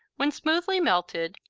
when smoothly melted,